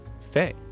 Faye